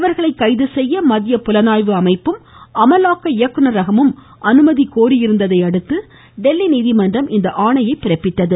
இவர்களை கைதுசெய்ய மத்திய புலனாய்வு அமைப்பும் அமலாக்க இயக்குநரகமும் அனுமதி கோரியிருந்ததையடுத்து டெல்லி நீதிமன்றம் இந்த ஆணையை பிறப்பித்துள்ளது